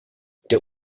der